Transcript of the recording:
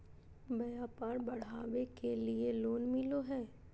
व्यापार बढ़ावे के लिए लोन मिलो है?